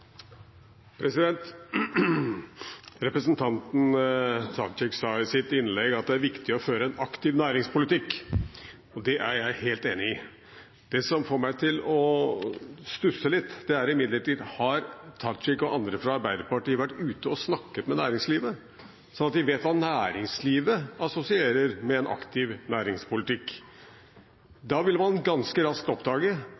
viktig å føre en aktiv næringspolitikk, og det er jeg helt enig i. Det som får meg til å stusse litt, er imidlertid: Har Tajik og andre fra Arbeiderpartiet vært ute og snakket med næringslivet, sånn at de vet hva næringslivet assosierer med en aktiv